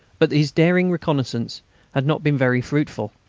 but his daring reconnaissance had not been very fruitful.